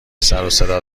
سروصدا